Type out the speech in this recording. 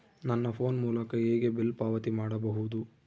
ನನ್ನ ಫೋನ್ ಮೂಲಕ ಹೇಗೆ ಬಿಲ್ ಪಾವತಿ ಮಾಡಬಹುದು?